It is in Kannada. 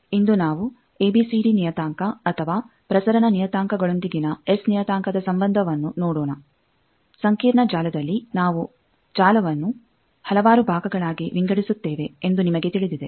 ಇಂದು ನಾವು ಎಬಿಸಿಡಿ ನಿಯತಾಂಕ ಅಥವಾ ಪ್ರಸರಣ ನಿಯತಾಂಕಗಳೊಂದಿಗಿನ ಎಸ್ ನಿಯತಾಂಕದ ಸಂಬಂಧವನ್ನು ನೋಡೋಣ ಸಂಕೀರ್ಣ ಜಾಲದಲ್ಲಿ ನಾವು ಜಾಲವನ್ನು ಹಲವಾರು ಭಾಗಗಳಾಗಿ ವಿಂಗಡಿಸುತ್ತೇವೆ ಎಂದು ನಿಮಗೆ ತಿಳಿದಿದೆ